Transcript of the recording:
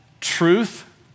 truth